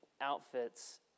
outfits